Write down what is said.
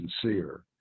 sincere